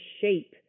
shape